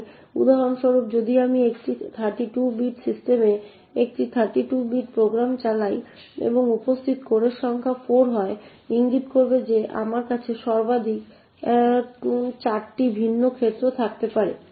তাই উদাহরণস্বরূপ যদি আমি একটি 32 বিট সিস্টেমে একটি 32 বিট প্রোগ্রাম চালাই এবং উপস্থিত কোরের সংখ্যা 4 হয় ইঙ্গিত করবে যে আমার কাছে সর্বাধিক 8টি ভিন্ন ক্ষেত্র থাকতে পারে